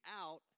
out